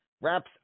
Wraps